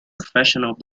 professional